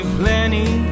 plenty